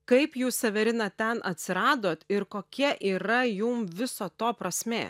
kaip jūs severina ten atsiradot ir kokia yra jum viso to prasmė